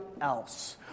else